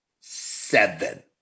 Seven